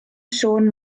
siôn